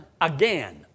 again